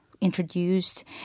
introduced